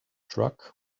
truck